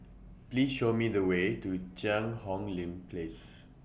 Please Show Me The Way to Cheang Hong Lim Place